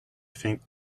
think